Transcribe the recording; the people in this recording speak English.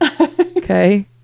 Okay